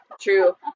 true